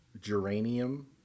geranium